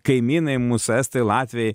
kaimynai mūsų estai latviai